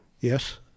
Yes